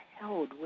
held